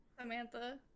samantha